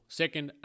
second